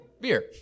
beer